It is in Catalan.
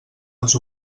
als